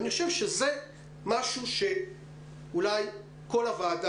אני חושב שזה משהו שאולי כל הוועדה,